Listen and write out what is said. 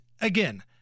again